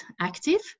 active